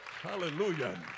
Hallelujah